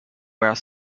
where